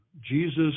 Jesus